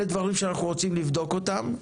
אלה דברים שאנחנו רוצים לבדוק אותם.